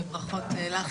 וברכות לך,